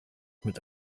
mit